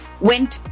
went